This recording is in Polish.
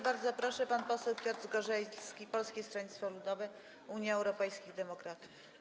Bardzo proszę, pan poseł Piotr Zgorzelski, Polskie Stronnictwo Ludowe - Unia Europejskich Demokratów.